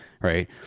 right